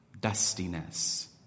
dustiness